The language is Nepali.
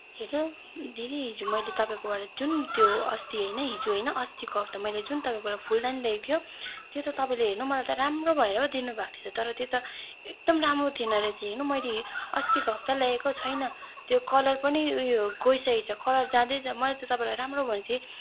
हेलो दिदी हिजो मैले तपाईँकोबाट जुन त्यो अस्ति होइन हिजो होइन अस्तिको हप्ता मैले जुन तपाईँकोबाट फुलदानी लगेको थियो त्यो त तपाईँले हेर्नु मलाई त राम्रो भनेर पो दिनुभएको थियो त तर त्यो त एकदम राम्रो थिएन रहेछ हेर्नु मैले अस्तिको हप्ता लगेको छैन त्यो कलर पनि उयो गइसकेको छ कलर जाँदैछ मैले त तपाईँ राम्रो भनेको थिएँ